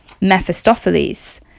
Mephistopheles